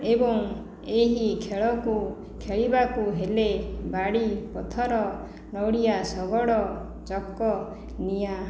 ଏବଂ ଏହି ଖେଳକୁ ଖେଳିବାକୁ ହେଲେ ବାଡ଼ି ପଥର ନଡ଼ିଆ ଶଗଡ଼ ଚକ ନିଆଁ